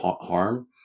harm